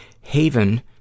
Haven